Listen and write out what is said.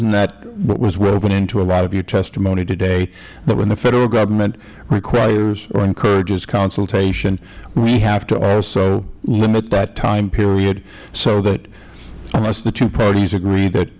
isnt that what was woven into a lot of your testimony today that when the federal government requires or encourages consultation we have to also limit that time period so that unless the two parties agree that